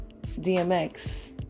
DMX